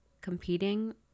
competing